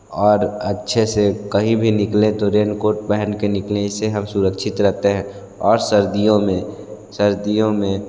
और अच्छे से कहीं भी निकले तो रेनकोट पहनके निकलें इससे हम सुरक्षित रहते हैं और सर्दियों में सर्दियों में